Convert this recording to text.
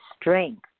strength